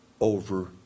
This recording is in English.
over